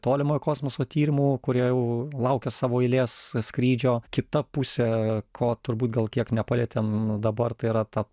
tolimojo kosmoso tyrimų kurie jau laukia savo eilės skrydžio kita pusė ko turbūt gal kiek nepalietėm dabar tai yra ta